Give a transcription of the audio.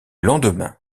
lendemain